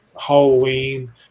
Halloween